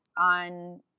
on